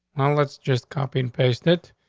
and let's just copy and paste it.